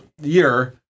year